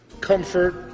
comfort